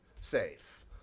safe